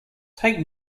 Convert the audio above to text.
take